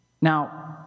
Now